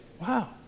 wow